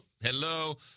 Hello